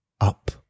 up